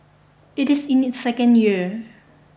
it is in its second year